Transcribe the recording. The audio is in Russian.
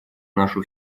нашу